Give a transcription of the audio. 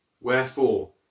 Wherefore